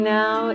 now